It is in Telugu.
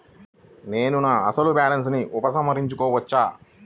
నేను నా అసలు బాలన్స్ ని ఉపసంహరించుకోవచ్చా?